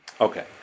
Okay